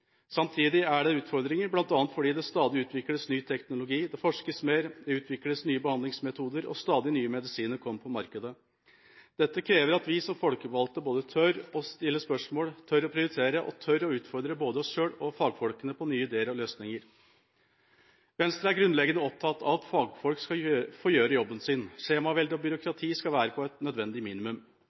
Samtidig er det utfordringer, bl.a. fordi det stadig utvikles ny teknologi, det forskes mer, det utvikles nye behandlingsmetoder og stadig nye medisiner kommer på markedet. Dette krever at vi som folkevalgte tør å stille spørsmål, tør å prioritere og tør å utfordre både oss selv og fagfolkene på nye ideer og løsninger. Venstre er grunnleggende opptatt av at fagfolk skal få gjøre jobben sin. Skjemavelde og byråkrati skal være på et nødvendig minimum.